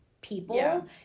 people